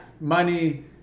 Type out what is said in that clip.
Money